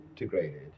integrated